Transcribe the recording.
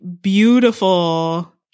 beautiful